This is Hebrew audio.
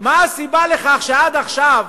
מה הסיבה לכך שעד עכשיו